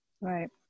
Right